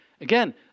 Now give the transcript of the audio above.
Again